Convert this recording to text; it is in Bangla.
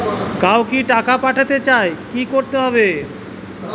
কাউকে টাকা পাঠাতে চাই কি করতে হবে?